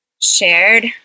shared